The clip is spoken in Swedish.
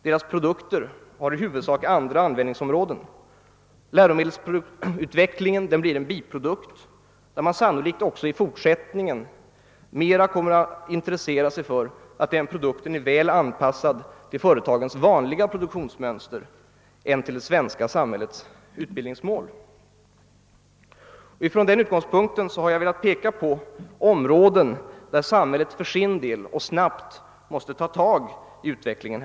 Deras produkter har i huvudsak andra användningsområden. Läromedelsproduktutvecklingen blir ett område, där man sannolikt också i fortsättningen mera kommer att intressera sig för att produkten är väl anpassad till företagens vanliga produktionsmönster än till svenska samhällets utbildningsmål. Från den utgångspunkten har jag velat peka på områden, där samhället snabbt måste ta tag i utvecklingen.